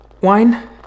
Wine